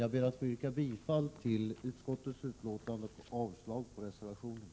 Jag ber att få yrka bifall till utskottets hemställan och avslag på reservationen.